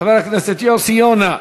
חבר הכנסת יוסי יונה,